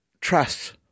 trust